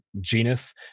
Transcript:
genus